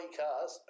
cars